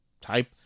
Type